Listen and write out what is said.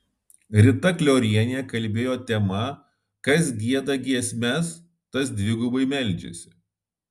rita kliorienė kalbėjo tema kas gieda giesmes tas dvigubai meldžiasi